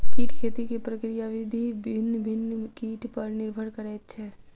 कीट खेती के प्रक्रिया विधि भिन्न भिन्न कीट पर निर्भर करैत छै